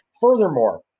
Furthermore